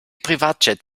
privatjet